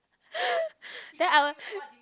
then I will